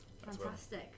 Fantastic